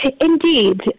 indeed